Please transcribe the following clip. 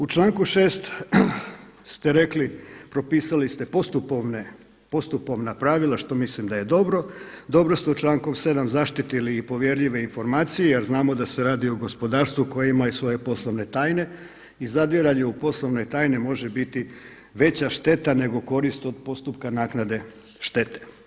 U članku 6. ste rekli propisali ste postupovna pravila što mislim da je dobro, dobro ste člankom 7. zaštitili povjerljive informacije jer znamo da se radi o gospodarstvu koji ima svoje poslovne tajne i zadiranje u poslovne tajne može biti veća šteta nego korist od postupka naknade štete.